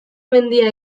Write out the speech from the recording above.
mendia